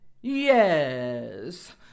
yes